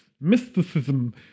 Mysticism